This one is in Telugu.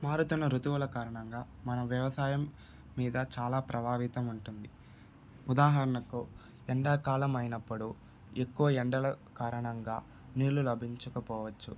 మారుతున్న ఋతువుల కారణంగా మన వ్యవసాయం మీద చాలా ప్రభావితం ఉంటుంది ఉదాహరణకు ఎండాకాలం అయినప్పుడు ఎక్కువ ఎండల కారణంగా నీళ్ళు లభించకపోవచ్చు